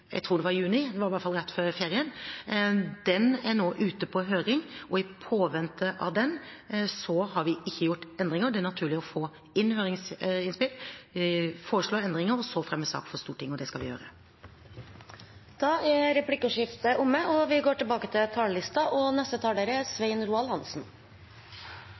juni, i hvert fall rett før ferien. Den er nå ute på høring, og i påvente av den har vi ikke gjort endringer. Det er naturlig å få inn høringsinnspill, foreslå endringer og så fremme sak for Stortinget. Det skal vi gjøre. Replikkordskiftet er omme. Arbeiderpartiets talere før meg har på en god måte presentert vårt budsjettalternativ, som forholder seg til